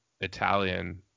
Italian